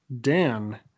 Dan